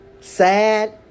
sad